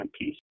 piece